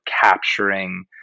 capturing